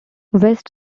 west